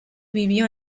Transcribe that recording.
vivió